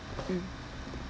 mm